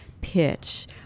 pitch